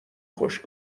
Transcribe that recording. خوش